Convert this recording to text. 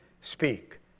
speak